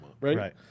right